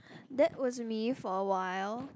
that was me for awhile